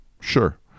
Sure